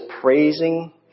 praising